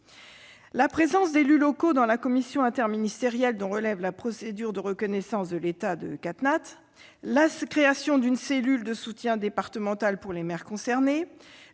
La présence d'élus locaux au sein de la commission interministérielle dont relève la procédure de reconnaissance de l'état de catastrophe naturelle, la création d'une cellule de soutien départementale pour les maires concernés,